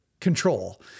control